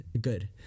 good